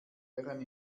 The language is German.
herren